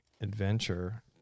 adventure